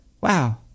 Wow